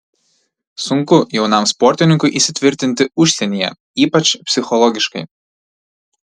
sunku jaunam sportininkui įsitvirtinti užsienyje ypač psichologiškai